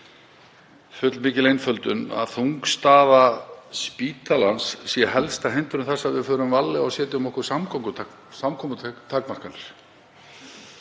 fullmikil einföldun, að þung staða spítalans sé helsta hindrun þess að við förum varlega og setjum okkur samkomutakmarkanir,